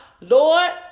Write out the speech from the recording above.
lord